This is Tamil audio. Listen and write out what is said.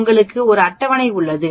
உங்களுக்கு ஒரு அட்டவணை உள்ளது